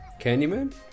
Candyman